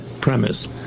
premise